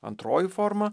antroji forma